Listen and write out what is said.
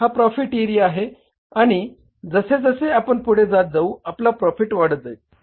हा profit area आहे आणि जसे जसे आपण पुढे जात जाऊ आपला प्रॉफिट वाढत जाईल